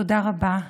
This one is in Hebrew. תודה רבה,